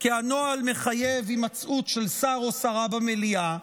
כי הנוהל מחייב הימצאות של שר או שרה במליאה,